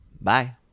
Bye